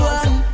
one